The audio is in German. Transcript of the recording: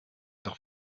doch